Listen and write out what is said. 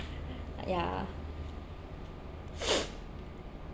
ya